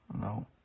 No